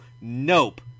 Nope